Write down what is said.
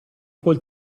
col